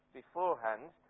beforehand